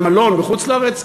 במלון בחוץ-לארץ,